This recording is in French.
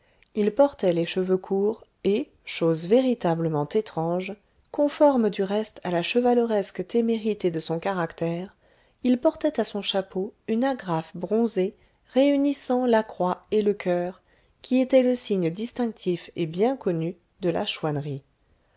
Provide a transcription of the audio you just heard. il portait les cheveux courts et chose véritablement étrange conforme du reste à la chevaleresque témérité de son caractère il portait à son chapeau une agrafe bronzée réunissant la croix et le coeur qui étaient le signe distinctif et bien connu de la chouannerie